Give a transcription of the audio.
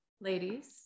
ladies